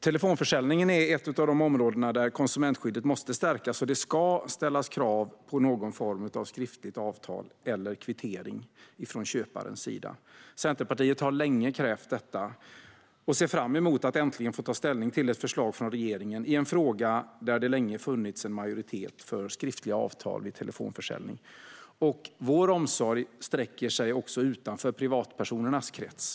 Telefonförsäljningen är ett av de områden där konsumentskyddet måste stärkas, och det ska ställas krav på någon form av skriftligt avtal eller kvittering från köparens sida. Centerpartiet har länge krävt detta och ser fram emot att äntligen få ta ställning till ett förslag från regeringen i en fråga där det länge har funnits en majoritet för skriftliga avtal vid telefonförsäljning. Vår omsorg sträcker sig också utanför privatpersonernas krets.